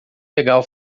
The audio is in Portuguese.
legal